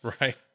Right